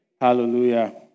Hallelujah